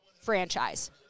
franchise